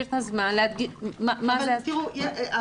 יש בהמשך התייחסות.